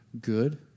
good